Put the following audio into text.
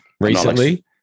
Recently